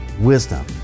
wisdom